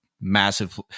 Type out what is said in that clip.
massive